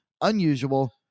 unusual